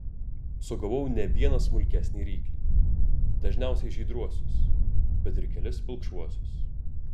sugavau ne vieną smulkesnį ryklį dažniausiai žydruosius bet ir kelis pilkšvuosius